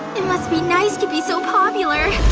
it must be nice to be so popular.